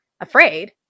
afraid